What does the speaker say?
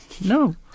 No